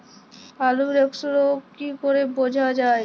আলুর এক্সরোগ কি করে বোঝা যায়?